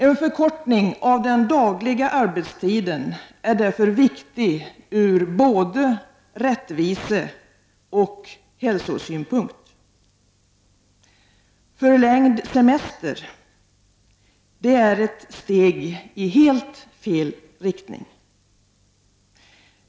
En förkortning av den dagliga arbetstiden är därför viktig ur både rättviseoch hälsosynpunkt. Förlängd semester är ett steg i helt fel riktning.